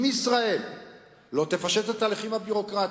אם ישראל לא תפשט את התהליכים הביורוקרטיים,